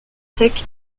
secs